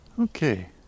Okay